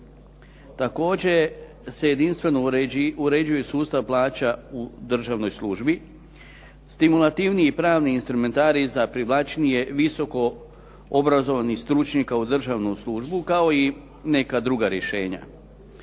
Također se jedinstveno uređuje sustav plaća u državnoj službi, stimulativniji pravni instrumentarij za privlačnije visoko obrazovanih stručnjaka u državnu službu kao i neka druga rješenja.